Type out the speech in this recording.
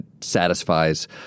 satisfies